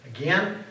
Again